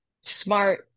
smart